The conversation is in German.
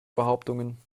behauptungen